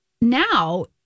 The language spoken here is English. now